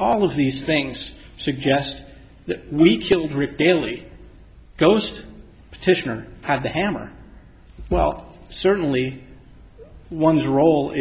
all of these things suggest that we chilled repeatedly ghost petitioner at the hammer well certainly one's role